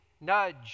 nudge